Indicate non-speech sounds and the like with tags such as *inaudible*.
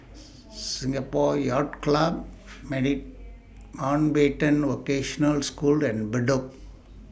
Singapore Yacht Club *unintelligible* Mountbatten Vocational School and Bedok